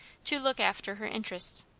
to look after her interests.